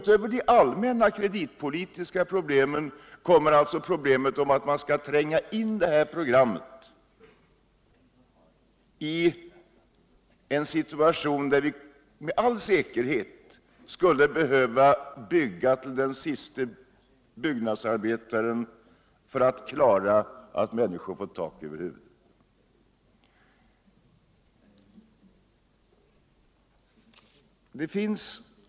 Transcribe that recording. Till de allmänna kreditpolitiska problemen kommer alltså problemet att man skall klara det här programmet i en situation där man med all säkerhet skulle behöva bygga ull den sista byggnadsarbetaren för att ge människorna tak över huvudet. Det finns.